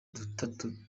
dutatu